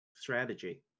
Strategy